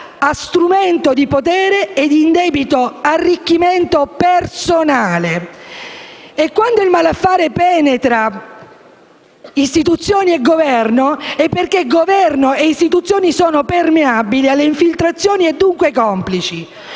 a strumento di potere e di indebito arricchimento personale. E, quando il malaffare penetra istituzioni e Governo, è perché Governo e istituzioni sono permeabili alle infiltrazioni e dunque complici.